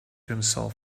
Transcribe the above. himself